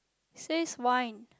says wine